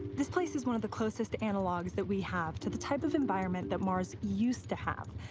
this place is one of the closest analogs that we have to the type of environment that mars used to have.